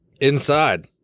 Inside